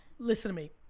listen to me,